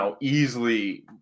easily